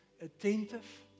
attentive